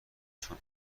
چون